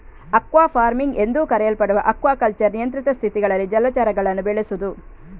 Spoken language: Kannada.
ಅಕ್ವಾ ಫಾರ್ಮಿಂಗ್ ಎಂದೂ ಕರೆಯಲ್ಪಡುವ ಅಕ್ವಾಕಲ್ಚರ್ ನಿಯಂತ್ರಿತ ಸ್ಥಿತಿಗಳಲ್ಲಿ ಜಲಚರಗಳನ್ನು ಬೆಳೆಸುದು